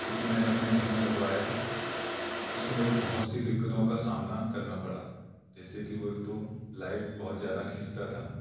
जो कि मैं अपने घर में लगवाया उससे मुझे बहुत सी दिक्कतों का सामना करना पड़ा जैसे कि वो एक तो लाइट बहुत ज़्यादा खींचता था